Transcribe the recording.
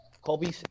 Kobe